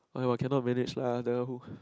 !aiyo! cannot manage lah then who